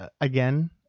Again